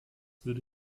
würde